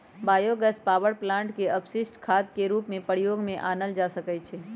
bio gas power plant के अपशिष्ट खाद के रूप में प्रयोग में आनल जा सकै छइ